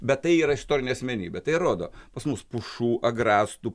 bet tai yra istorinė asmenybė tai rodo pas mus pušų agrastų